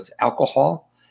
alcohol